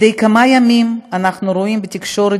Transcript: מדי כמה ימים אנחנו רואים בתקשורת